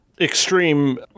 extreme